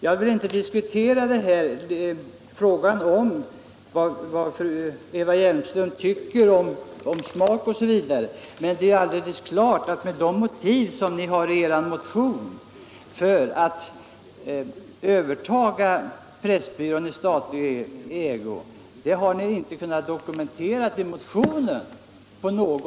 Jag vill inte diskutera smak osv., men det är alldeles klart att ni i er motion inte har kunnat dokumentera era skäl för ett överförande av Pressbyrån i statlig ägo.